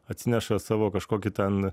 atsineša savo kažkokį ten